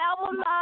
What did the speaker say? album